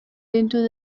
into